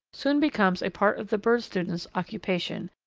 soon becomes a part of the bird student's occupation,